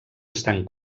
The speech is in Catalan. estan